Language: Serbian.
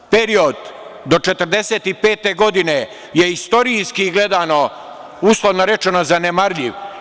Period do 1945. godine je istorijski gledano, uslovno rečeno, zanemarljiv.